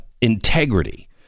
integrity